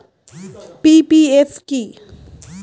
PPF কি?